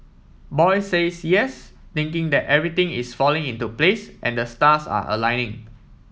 boy says yes thinking that everything is falling into place and the stars are aligning